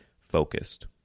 focused